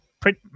print